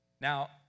Now